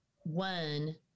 one